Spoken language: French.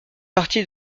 partie